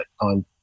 on